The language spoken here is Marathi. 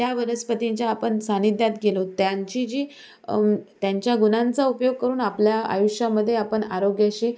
त्या वनस्पतींच्या आपण सान्निध्यात गेलो त्यांची जी त्यांच्या गुणांचा उपयोग करून आपल्या आयुष्यामध्ये आपण आरोग्याशी